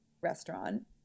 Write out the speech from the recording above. restaurant